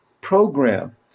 program